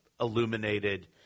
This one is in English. illuminated